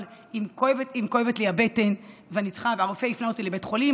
אבל אם כואבת לי הבטן והרופא הפנה אותי לבית חולים,